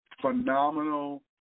phenomenal